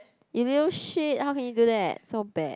you little shit how could you do that so bad